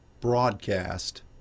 broadcast